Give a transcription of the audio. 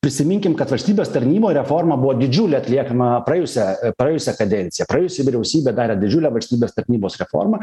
prisiminkim kad valstybės tarnyboj reforma buvo didžiulė atliekama praėjusią praėjusią kadenciją praėjusi vyriausybė darė didžiulę valstybės tarnybos reformą